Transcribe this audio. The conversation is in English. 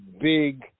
big